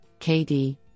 KD